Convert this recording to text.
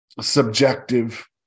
subjective